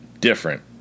different